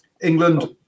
England